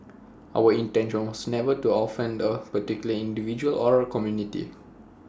our intention was never to offend A particular individual or A community